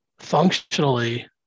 functionally